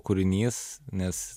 kūrinys nes